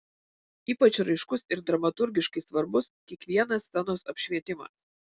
ypač raiškus ir dramaturgiškai svarbus kiekvienas scenos apšvietimas